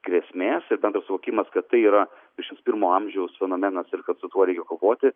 grėsmės suvokimas kad tai yra dvidešims pirmo amžiaus fenomenas ir kad su tuo reikia kovoti